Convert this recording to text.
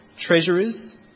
treasurers